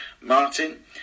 Martin